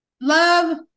love